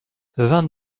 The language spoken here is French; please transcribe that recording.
vingt